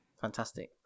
Fantastic